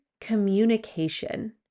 communication